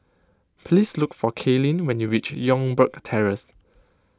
please look for Kalyn when you reach Youngberg Terrace